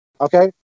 Okay